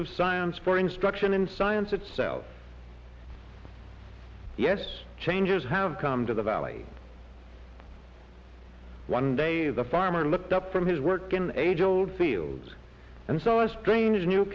of science for instruction in science itself yes changes have come to the valley one day the farmer looked up from his work in age old fields and saw a strange new